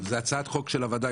זו הצעת חוק של הוועדה,